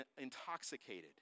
intoxicated